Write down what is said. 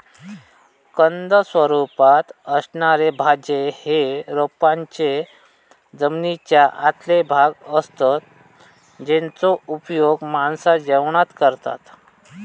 कंद स्वरूपात असणारे भाज्ये हे रोपांचे जमनीच्या आतले भाग असतत जेचो उपयोग माणसा जेवणात करतत